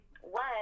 One